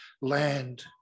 land